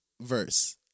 verse